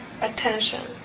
attention